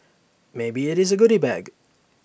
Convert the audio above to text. maybe IT is the goody bag